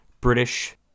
British